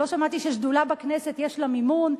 לא שמעתי ששדולה בכנסת יש לה מימון,